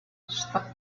stop